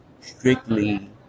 strictly